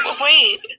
Wait